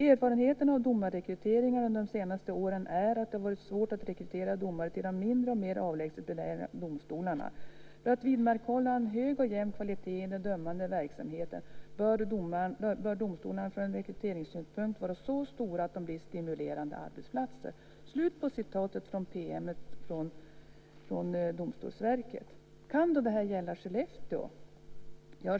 Erfarenheterna av domarrekrytering under de senaste åren är att det varit svårt att rekrytera domare till de mindre och mer avlägset belägna domstolarna. För att vidmakthålla en hög och jämn kvalitet i den dömande verksamheten bör domstolarna från rekryteringssynpunkt vara så stora att de blir stimulerande arbetsplatser." Så står det i PM:en från Domstolsverket. Kan då det här gälla Skellefteå?